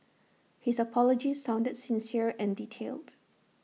his apology sounded sincere and detailed